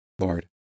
Lord